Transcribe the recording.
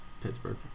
Pittsburgh